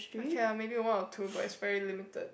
okay lah maybe one or two but is very limited